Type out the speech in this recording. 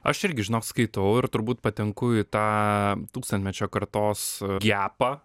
aš irgi žinok skaitau ir turbūt patenku į tą tūkstantmečio kartos gepą